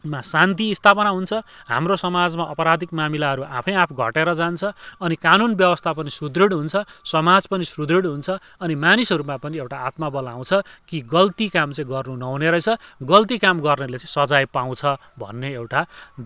मा शान्ति स्थापना हुन्छ हाम्रो समाजमा अपराधिक मामिलाहरू आफै आफ घटेर जान्छ अनि कानुन व्यवस्थापन पनि सुद्रिढ हुन्छ समाज पनि सुद्रिढ हुन्छ अनि मानिसहरूमा पनि एउटा आत्माबल आउँछ कि गल्ती काम चाहिँ गर्नु नहुने रहेछ गल्ती काम गर्नेले चाहिँ सजाय पाउँछ भन्ने एउटा